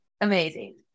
Amazing